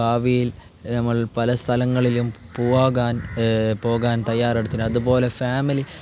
ഭാവിയിൽ നമ്മൾ പല സ്ഥലങ്ങളിലും പോകാൻ പോകാൻ തയ്യാറെടുത്തു അതു പോലെ ഫാമിലി